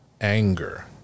anger